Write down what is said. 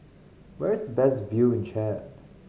where is the best view in Chad